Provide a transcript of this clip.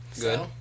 Good